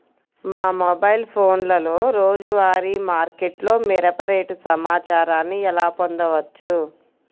మా మొబైల్ ఫోన్లలో రోజువారీ మార్కెట్లో మిరప రేటు సమాచారాన్ని ఎలా పొందవచ్చు?